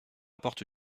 porte